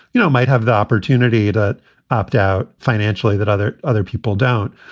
you know, might have the opportunity to opt out financially that other other people down.